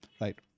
Right